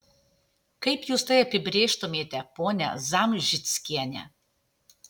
kaip jūs tai apibrėžtumėte ponia zamžickiene